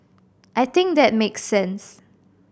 I think that make sense